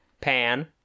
Pan